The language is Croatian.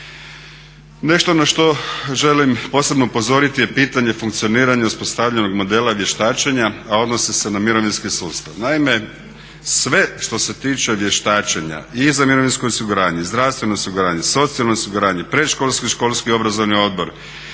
Nešto na što želim posebno upozoriti je pitanje funkcioniranja uspostavljenog modela vještačenja, a odnosi se na mirovinski sustav. Naime, sve što se tiče vještačenja i za mirovinsko osiguranje i zdravstveno osiguranje, socijalno osiguranje, predškolski i školski obrazovni odbor